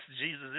Jesus